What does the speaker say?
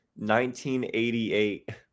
1988